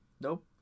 Nope